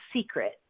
secret